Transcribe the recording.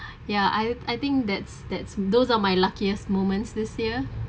ya I I think that's that's those are my luckiest moments this year